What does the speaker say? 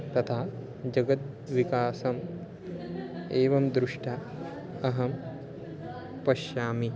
तथा जगद्विकासम् एवं दृष्ट्वा अहं पश्यामि